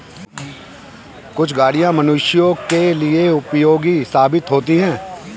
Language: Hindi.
कुछ गाड़ियां मनुष्यों के लिए उपयोगी साबित होती हैं